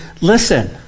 listen